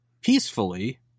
peacefully